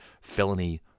felony